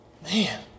Man